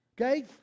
okay